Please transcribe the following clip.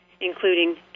including